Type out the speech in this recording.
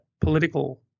political